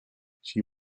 she